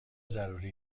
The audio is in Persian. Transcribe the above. ضروری